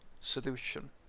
solution